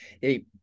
hey